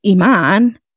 Iman